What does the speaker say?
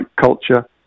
culture